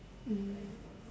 mm